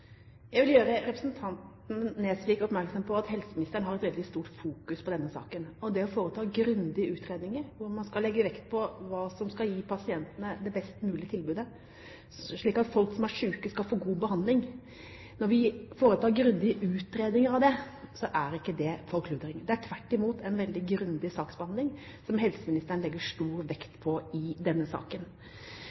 Jeg vil gjøre representanten Nesvik oppmerksom på at helseministeren har et veldig sterkt fokus på denne saken og det å foreta grundige utredninger. Når vi foretar grundige utredninger av hva man skal legge vekt på som skal gi pasientene det best mulige tilbudet, slik at folk som er syke skal få god behandling, er ikke det «forkludring». Det er tvert imot en veldig grundig saksbehandling, som helseministeren legger stor vekt på i denne saken.